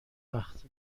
وقت